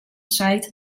seit